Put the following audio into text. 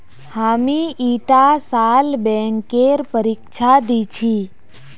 हामी ईटा साल बैंकेर परीक्षा दी छि